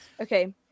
Okay